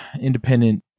independent